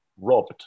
Robbed